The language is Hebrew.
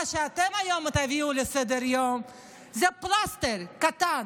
מה שאתם תביאו היום לסדר-יום זה פלסטר קטן,